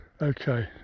okay